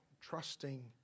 trusting